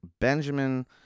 benjamin